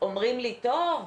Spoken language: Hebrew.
אומרים לי 'טוב,